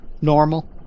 normal